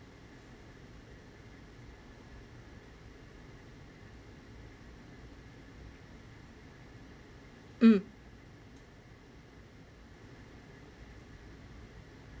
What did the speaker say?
um